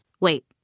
Wait